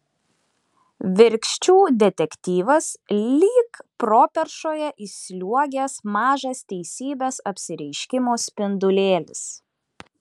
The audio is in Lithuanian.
virkščių detektyvas lyg properšoje įsliuogęs mažas teisybės apsireiškimo spindulėlis